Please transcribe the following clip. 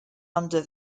under